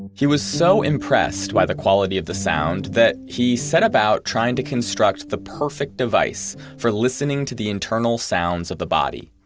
he was so impressed by the quality of the sound that he set about trying to construct the perfect device for listening to the internal sounds of the body,